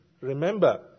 remember